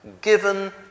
Given